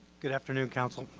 good afternoon, council.